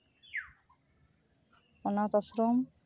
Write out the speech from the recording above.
ᱟᱥᱥᱨᱚᱢ